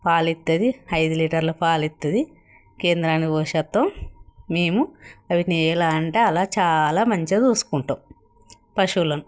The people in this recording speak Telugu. పాలు ఇస్తుంది ఐదు లీటర్ల పాలు ఇస్తుంది కేంద్రానికి పోసి వస్తాం మేము అవి ఎలా అంటే అలా చాలా మంచిగా చూసుకుంటాం పశువులను